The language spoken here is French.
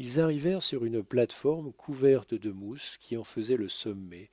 ils arrivèrent sur une plate-forme couverte de mousse qui en faisait le sommet